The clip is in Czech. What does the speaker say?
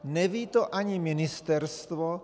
Neví to ani ministerstvo.